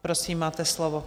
Prosím, máte slovo.